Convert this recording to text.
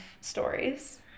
stories